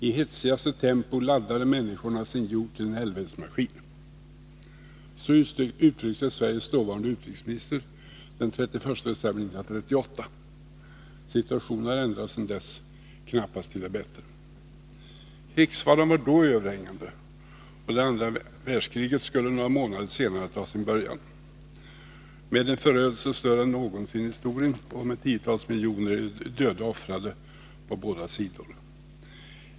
I hetsigaste tempo laddar människorna sin jord till en helvetesmaskin.” Så uttryckte sig Sveriges dåvarande utrikesminister den 31 december 1938. Situationen har ändrats sedan dess — knappast till det bättre. Krigsfaran var då överhängande, och det andra världskriget skulle några månader senare ta sin början med en förödelse större än någonsin tidigare i historien och med tiotals miljoner offer i döda och sårade på båda sidor.